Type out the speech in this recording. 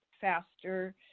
faster